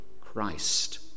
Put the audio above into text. Christ